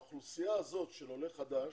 לאוכלוסייה הזאת של עולים חדשים